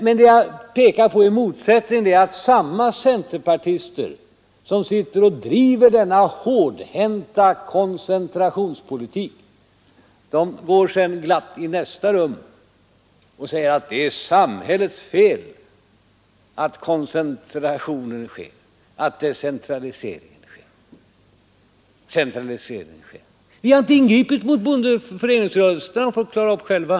Men det jag pekar på som en motsättning är att samma centerpartister som sitter och driver denna hårda koncentrationspolitik sedan glatt går till nästa rum och säger att det är samhällets fel att koncentrationen och centraliseringen sker. Vi har inte ingripit mot föreningsrörelsen — detta har ni fått klara själva.